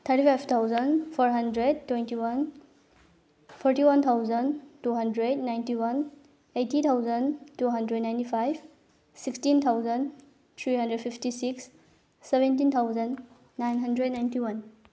thirty five thousand four hundred twenty one forty one thousand two hundred ninety one eighty thousand two hundred ninety five sixteen thousand three hundred fifty six seventeen thousand nine hundred ninety one